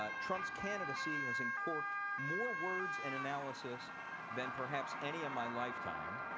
ah trump's candidacy has uncorked more words and analysis than perhaps any in my lifetime,